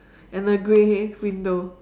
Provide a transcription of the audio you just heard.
and a grey window